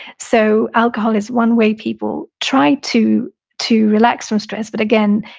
so, alcohol is one way people try to to relax from stress, but again,